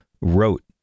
wrote